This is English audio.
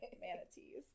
manatees